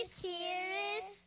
serious